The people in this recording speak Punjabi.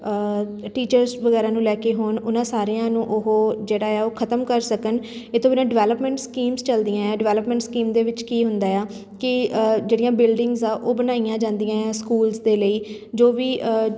ਟੀਚਰਸ ਵਗੈਰਾ ਨੂੰ ਲੈ ਕੇ ਹੋਣ ਉਹਨਾਂ ਸਾਰਿਆਂ ਨੂੰ ਉਹ ਜਿਹੜਾ ਆ ਉਹ ਖਤਮ ਕਰ ਸਕਣ ਇਹ ਤੋਂ ਬਿਨਾਂ ਡਿਵੈਲਪਮੈਂਟ ਸਕੀਮ ਚੱਲਦੀਆਂ ਹੈ ਡਿਵੈਲਪਮੈਂਟ ਸਕੀਮ ਦੇ ਵਿੱਚ ਕੀ ਹੁੰਦਾ ਆ ਕਿ ਜਿਹੜੀਆਂ ਬਿਲਡਿੰਗਸ ਆ ਉਹ ਬਣਾਈਆਂ ਜਾਂਦੀਆਂ ਸਕੂਲਸ ਦੇ ਲਈ ਜੋ ਵੀ